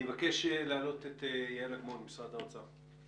ספיר איפרגן, משרד האוצר.